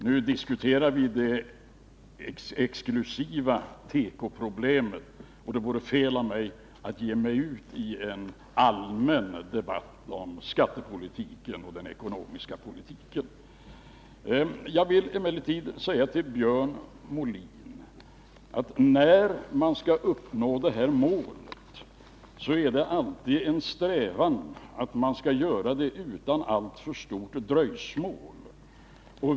Nu diskuterar vi de exklusiva tekoproblemen, och det vore fel av mig att ge mig ut i en allmän debatt om skattepolitiken och den ekonomiska politiken. Jag vill emellertid säga till Björn Molin att när man skall nå det uppsatta målet är det alltid en strävan att man skall göra det utan alltför stort dröjsmål.